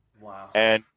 Wow